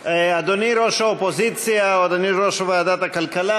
אדוני ראש האופוזיציה או אדוני ראש ועדת הכלכלה,